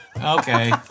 okay